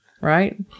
right